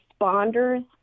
responders